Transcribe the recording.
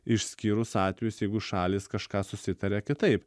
išskyrus atvejus jeigu šalys kažką susitaria kitaip